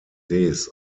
sees